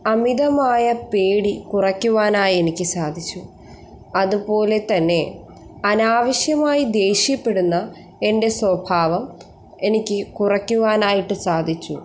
അമിതമായ പേടി കുറക്കുവാനായി എനിക്ക് സാധിച്ചു അതുപോലെത്തന്നെ അനാവിശ്യമായി ദേഷ്യപ്പെടുന്ന എൻ്റെ സ്വഭാവം എനിക്ക് കുറക്കുവാനായിട്ട് സാധിച്ചു